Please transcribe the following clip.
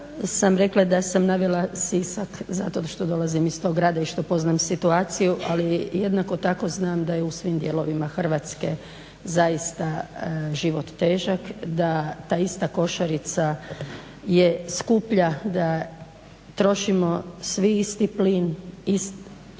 nisam rekla da sam navela Sisak zato što dolazim iz toga grada i što poznajem situaciju, ali jednako tako znam da je u svim dijelovima Hrvatske zaista život težak. Da ta ista košarica je skuplja, da trošimo svi isti plin, vodu